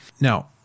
Now